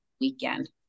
weekend